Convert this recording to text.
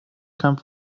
kampf